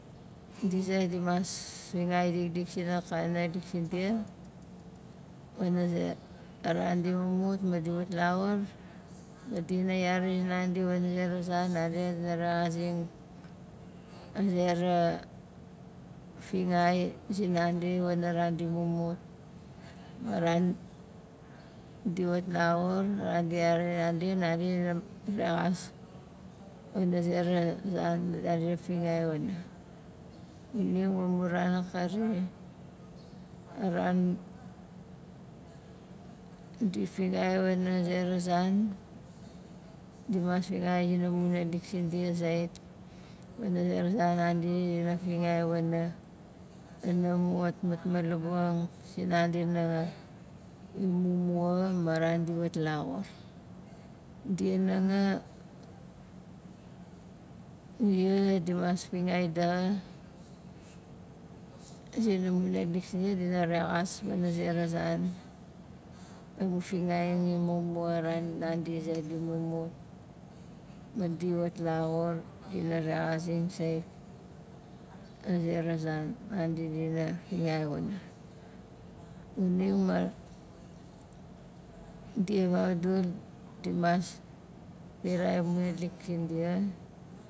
Di zait dimas fingai dikdik sin kana naalik sindia wana ze a ran di mumut ma di wat laxur madi dina yari zinandi wana zera zan nandi dina rexazing a zera fingai zinandi wana ran di mumut ma ran di wat laxur a ran di yari zinandi nandi dima rexas wana zera zan nandi dina fingai wana xuning ma mu ran akari a ran di fingai wana zera zan dimas fingai wana mu naalik sindia zait wana zera zan nandi dina fingai wana wana mu wat matmalabuk ang sinandia nanga imumua ma ran di wat laxur dia nanga dia dimas fingai daxa zina mu naalik sindia dina rexas wana zera zan amu fingaiang imumua a ran nandi zait di mumut ma di wat laxur dina rexazing sait a zera zan nandi dina fingai wana xuning ma dia vaudul dimas firai amu naalik sindia